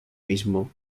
mismo